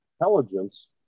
intelligence